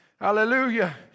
Hallelujah